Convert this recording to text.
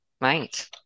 Right